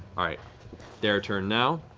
ah their turn now.